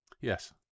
Yes